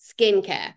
skincare